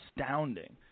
astounding